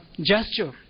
gesture